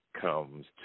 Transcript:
comes